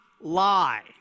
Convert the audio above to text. lie